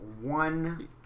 one